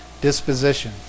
disposition